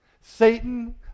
Satan